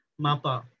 mapa